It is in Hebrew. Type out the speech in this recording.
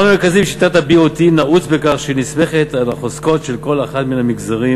המרכזי בשיטת ה-BOT נעוץ בכך שהיא נסמכת על החוזקות של כל אחד מן המגזרים,